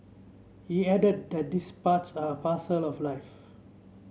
he added that these parts are parcel of life